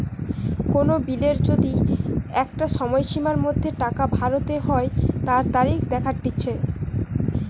কোন বিলের যদি একটা সময়সীমার মধ্যে টাকা ভরতে হই তার তারিখ দেখাটিচ্ছে